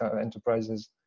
enterprises